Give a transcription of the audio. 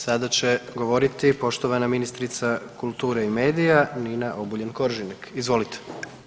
Sada će govoriti poštovana ministrica kulture i medija, Nina Obuljen Koržinek, izvolite.